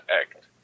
act